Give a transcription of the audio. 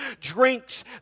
drinks